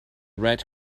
red